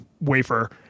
wafer